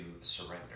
surrender